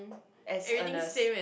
as Ernest